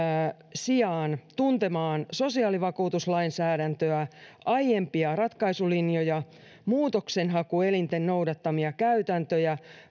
sijaan tuntemaan sosiaalivakuutuslainsäädäntöä aiempia ratkaisulinjoja muutoksenhakuelinten noudattamia käytäntöjä